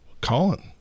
Colin